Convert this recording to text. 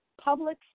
public